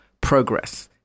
progress